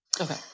Okay